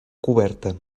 coberta